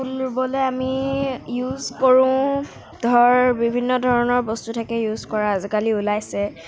ফুল ৰুবলে আমি ইউজ কৰোঁ ধৰ বিভিন্ন ধৰণৰ বস্তু থাকে ইউজ কৰা আজিকালি ওলাইছে